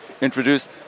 Introduced